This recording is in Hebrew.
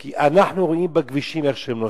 כי אנחנו רואים בכבישים איך הם נוסעים.